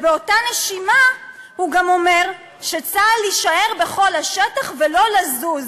ובאותה נשימה הוא גם אומר שצה"ל יישאר בכל השטח ולא יזוז.